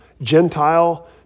Gentile